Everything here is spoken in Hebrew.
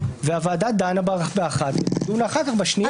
והוועדה דנה באחת מהן ונדון אחר כך בשנייה.